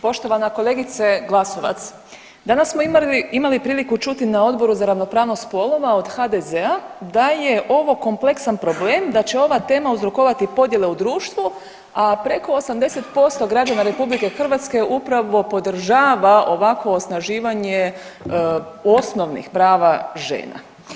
Poštovana kolegice Glasova, danas smo imali priliku čuti na Odboru za ravnopravnost spolova od HDZ-a da je ovo kompleksan problem, da će ova tema uzrokovati podjele u društvu, a preko 80% građana RH upravo podržava ovakvo osnaživanje osnovnih prava žena.